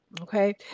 Okay